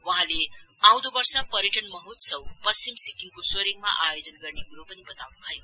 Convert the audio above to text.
वहाँले आउँदो वर्ष पर्यटन महोत्सव पश्चिम सिक्किमको सोरेङमा आयोजन गर्ने कुरो पनि वताउनु भयो